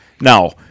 Now